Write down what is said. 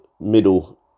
middle